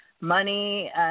money